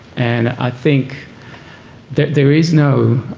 and i think that there is no